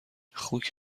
خوک